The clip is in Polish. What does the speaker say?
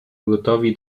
gotowi